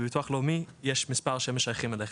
בביטוח לאומי יש מספר שמשייכים אליך.